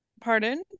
pardon